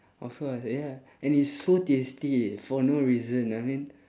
of course ya and it's so tasty for no reason I mean